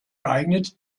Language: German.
geeignet